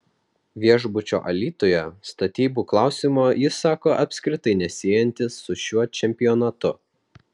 viešbučio alytuje statybų klausimo jis sako apskritai nesiejantis su šiuo čempionatu